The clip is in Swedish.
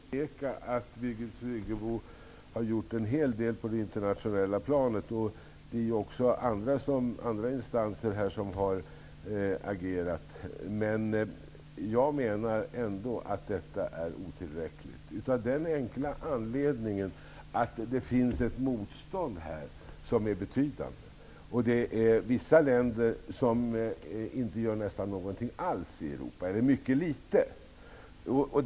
Herr talman! Jag vill inte på något sätt förneka att Birgit Friggebo har gjort en hel del på det internationella planet. Det är ju också andra instanser som har agerat. Men jag menar ändå att detta är otillräckligt av den enkla anledningen att det finns ett motstånd här som är betydande. Det finns vissa länder i Europa som nästan inte gör någonting alls, eller i vart fall mycket litet.